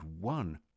one